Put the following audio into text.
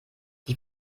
sie